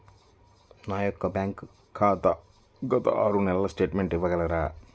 నా యొక్క బ్యాంక్ ఖాతా గత ఆరు నెలల స్టేట్మెంట్ ఇవ్వగలరా?